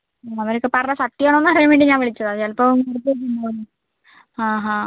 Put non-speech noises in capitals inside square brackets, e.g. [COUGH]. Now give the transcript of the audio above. ഹ്മ് അവരൊക്കെ പറഞ്ഞത് സത്യം ആണോ എന്ന് അറിയാൻ വേണ്ടി ഞാൻ വിളിച്ചതാണ് ചിലപ്പം [UNINTELLIGIBLE] ഹാ ഹാ